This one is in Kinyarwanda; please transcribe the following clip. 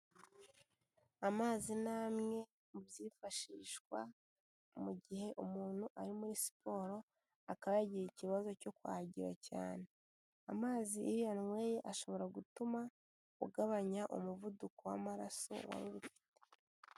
Amazi ni amwe mu byifashishwa mu gihe umuntu ari muri siporo akaba yagira ikibazo cyo kwahagira cyane, amazi iyo uyanyweye ashobora gutuma ugabanya umuvuduko w'amaraso wari ufite.